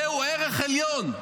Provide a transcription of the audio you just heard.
הוא ערך עליון.